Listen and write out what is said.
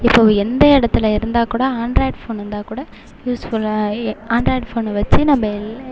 இப்போது எந்த இடத்துல இருந்தால் கூட ஆண்ட்ராய்ட் ஃபோன் இருந்தால் கூட யூஸ்ஃபுல்லாக ஆண்ட்ராய்ட் ஃபோனை வெச்சு நம்ப எல்லாம்